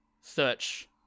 search